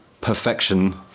perfection